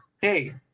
hey